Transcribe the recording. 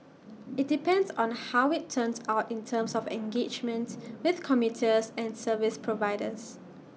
IT depends on how IT turns out in terms of engagement with commuters and service providers